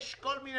יש כל מיני